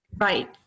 Right